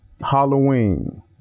Halloween